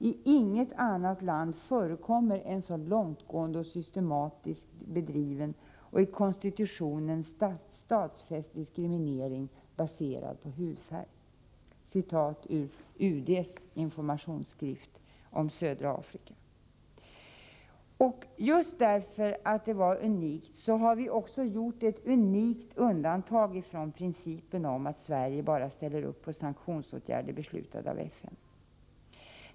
”I inget annat land förekommer en så långtgående och systematiskt bedriven och i konstitutionen stadfäst diskriminering baserad på hudfärg” — det är ett Just därför att det är unikt har vi gjort ett unikt undantag från principen att Sverige bara ställer upp på sanktionsåtgärder beslutade av FN.